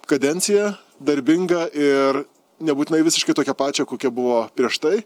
kadenciją darbingą ir nebūtinai visiškai tokią pačią kokia buvo prieš tai